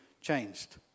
changed